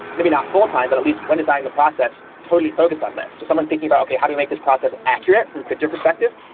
maybe not full-time, but at least when designing the process, totally focused on this. so someone thinking about, okay. how do i make this process accurate from their perspective?